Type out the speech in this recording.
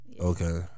Okay